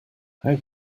how